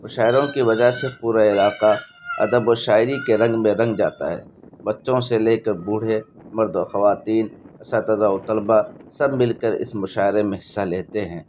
مشاعروں کی وجہ سے پورا علاقہ ادب و شاعری کے رنگ میں رنگ جاتا ہے بچوں سے لے کر بوڑھے مرد و خواتین اساتذہ و طلبا سب مل کر اس مشاعرے میں حصہ لیتے ہیں